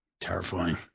Terrifying